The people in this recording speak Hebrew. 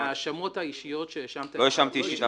מההאשמות האישיות שהאשמת --- לא האשמתי.